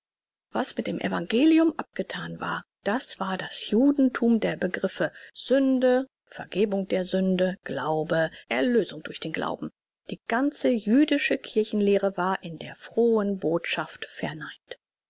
was mit dem evangelium abgethan war das war das judenthum der begriffe sünde vergebung der sünde glaube erlösung durch den glauben die ganze jüdische kirchen lehre war in der frohen botschaft verneint